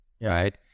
right